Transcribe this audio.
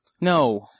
No